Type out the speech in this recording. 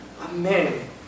Amen